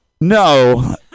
No